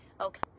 Okay